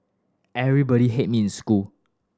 everybody hate me in school